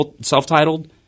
self-titled